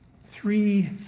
three